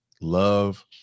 love